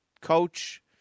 coach